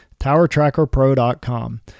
TowerTrackerPro.com